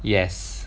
yes